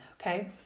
okay